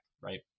right